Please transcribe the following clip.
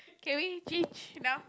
can we change now